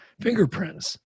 fingerprints